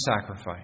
sacrifice